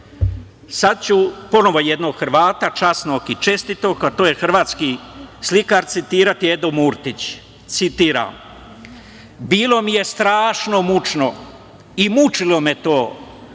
ću ponovo jednog Hrvata, časnog i čestitog, a to je hrvatski slikar Edo Murtić, citiram – bilo mi je strašno mučno i mučilo me je